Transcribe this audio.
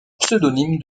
pseudonyme